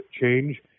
change